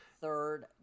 third